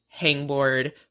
hangboard